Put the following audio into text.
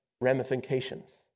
ramifications